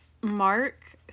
Mark